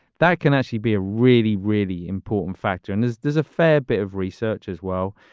that can actually be a really, really important factor. and as does a fair bit of research as well,